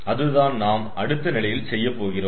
அதுதான் நாம் அடுத்த நிலையில் செய்யப்போகிறோம்